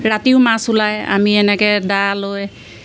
ৰাতিও মাছ ওলায় আমি এনেকে দা লৈ